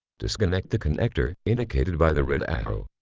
disconnect the connector indicated by the red arrow.